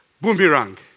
Boomerang